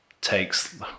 takes